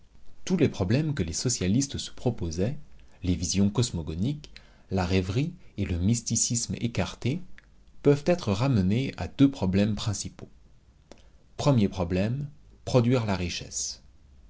tous les problèmes que les socialistes se proposaient les visions cosmogoniques la rêverie et le mysticisme écartés peuvent être ramenés à deux problèmes principaux premier problème produire la richesse